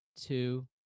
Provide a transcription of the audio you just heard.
two